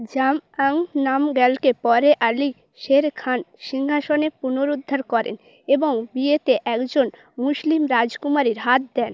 জাময়াং নামগিয়ালকে পরে আলি শের খান সিংহাসনে পুনরুদ্ধার করেন এবং বিয়েতে একজন মুসলিম রাজকুমারীর হাত দেন